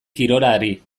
kirolari